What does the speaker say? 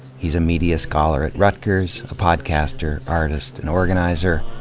he's a media scholar at rutgers, a podcaster, artist, and organizer.